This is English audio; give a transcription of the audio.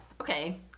okay